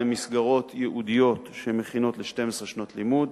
אלה מסגרות ייעודיות שמכינות ל-12 שנות לימוד,